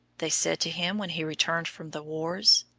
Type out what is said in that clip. they said to him when he returned from the wars.